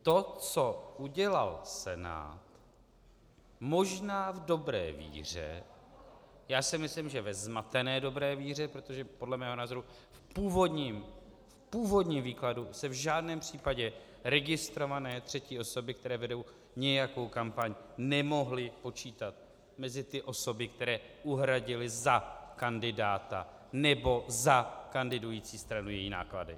To, co udělal Senát, možná v dobré víře já si myslím, že ve zmatené dobré víře, protože podle mého názoru v původním výkladu se v žádném případě registrované třetí osoby, které vedou nějakou kampaň, nemohly počítat mezi ty osoby, které uhradily za kandidáta nebo za kandidující stranu její náklady.